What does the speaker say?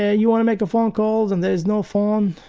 ah you want to make a phone call then there is no phone,